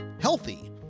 healthy